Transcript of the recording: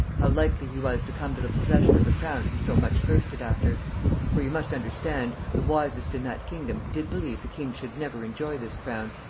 how likely he was to come to the possession of the crown he so much thirsted after for you must understand, the wisest in that kingdom did believe the king should never enjoy this crown,